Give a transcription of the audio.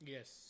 Yes